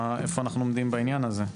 מה ואיפה אנחנו עומדים בעניין הזה.